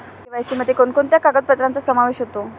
KYC मध्ये कोणकोणत्या कागदपत्रांचा समावेश होतो?